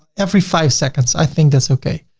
every five seconds i think that's okay.